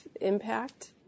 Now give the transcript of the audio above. impact